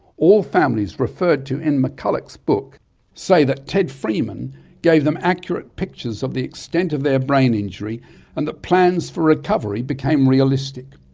all families referred to in mccullagh's book say that ted freeman gave them accurate pictures of the extent of their brain injury and that plans for recovery became realistic.